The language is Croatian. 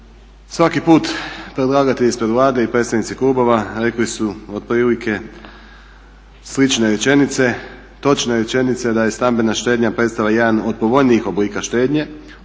Svaki put predlagatelj ispred Vlade i predsjednici klubova rekli su otprilike slične rečenice, točne rečenice da je stambena štednja predstavlja jedan od povoljnijih oblika štednje